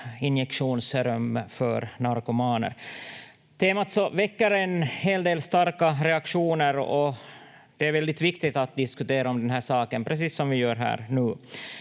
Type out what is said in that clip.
injektionsrum för narkomaner. Temat väcker en hel del starka reaktioner och det är väldigt viktigt att diskutera om den här saken, precis som vi gör här nu.